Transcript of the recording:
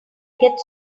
get